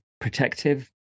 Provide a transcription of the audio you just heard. protective